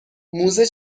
موزه